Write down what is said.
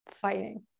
fighting